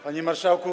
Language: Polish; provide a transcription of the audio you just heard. Panie Marszałku!